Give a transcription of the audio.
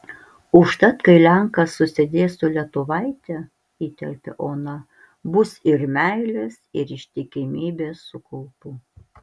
užtat kai lenkas susidės su lietuvaite įterpia ona bus ir meilės ir ištikimybės su kaupu